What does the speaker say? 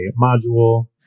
module